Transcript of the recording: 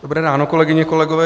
Dobré ráno, kolegyně, kolegové.